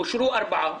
אושרו ארבעה.